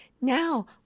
now